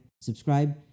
subscribe